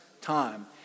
time